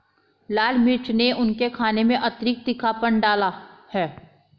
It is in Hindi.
लाल मिर्च ने उनके खाने में अतिरिक्त तीखापन डाला है